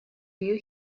you